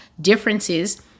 differences